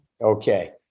okay